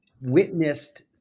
witnessed